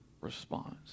response